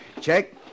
Check